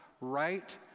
Right